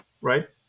right